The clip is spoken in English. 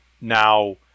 now